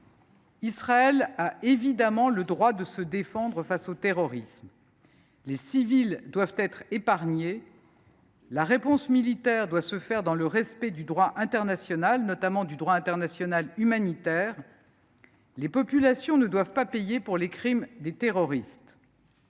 Israël a évidemment le droit de se défendre face au terrorisme. Les civils doivent être épargnés. La réponse militaire doit se faire dans le respect du droit international, notamment du droit international humanitaire. Les populations ne doivent pas payer pour les crimes des terroristes.